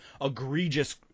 egregious